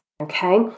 Okay